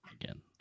again